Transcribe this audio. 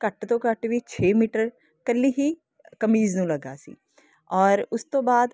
ਘੱਟ ਤੋਂ ਘੱਟ ਵੀ ਛੇ ਮੀਟਰ ਇਕੱਲੀ ਹੀ ਕਮੀਜ਼ ਨੂੰ ਲੱਗਾ ਸੀ ਔਰ ਉਸ ਤੋਂ ਬਾਅਦ